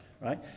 right